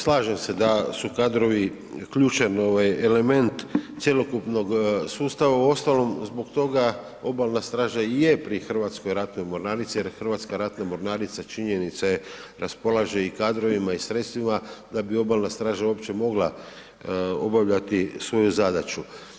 Slažem da su kadrovi ključan ovaj element cjelokupnog sustava, uostalom zbog toga obalna straža i je pri Hrvatskoj ratnoj mornarici jer Hrvatska ratna mornarica, činjenica je, raspolaže i kadrovima i sredstvima da bi obalna straža uopće mogla obavljati svoju zadaću.